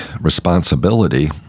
responsibility